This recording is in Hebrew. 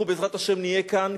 אנחנו בעזרת השם נהיה כאן,